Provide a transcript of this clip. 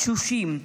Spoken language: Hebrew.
תשושים,